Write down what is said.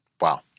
Wow